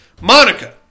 monica